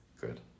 Good